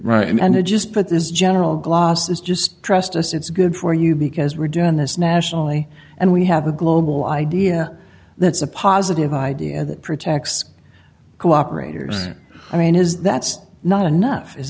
right and to just put this general gloss is just trust us it's good for you because we're doing this nationally and we have a global idea that's a positive idea that protects cooperators i mean his that's not enough is